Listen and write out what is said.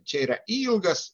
čia yra ilgas